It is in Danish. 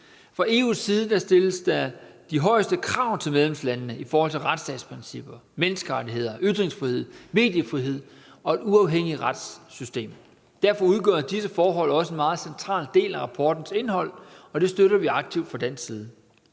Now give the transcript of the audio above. Fra EU's side stilles der de højeste krav til medlemslandene i forhold til retsstatsprincipper, menneskerettigheder, ytringsfrihed, mediefrihed og et uafhængigt retssystem. Derfor udgør disse forhold også en meget central del af rapportens indhold, og det støtter vi aktivt fra dansk side.